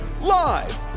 live